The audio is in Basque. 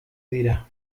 dira